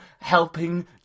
helping